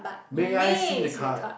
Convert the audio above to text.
may I see the card